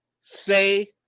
Say